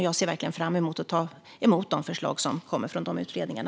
Jag ser verkligen fram emot att ta emot de förslag som kommer från de utredningarna.